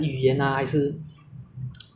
可是我觉得只值得的 lah 因为